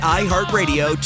iHeartRadio